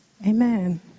Amen